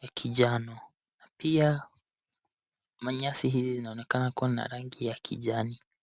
ya kijano. Na pia manyasi hizi zinaonekana kuwa na rangi ya kijani.